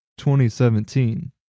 2017